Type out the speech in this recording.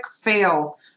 fail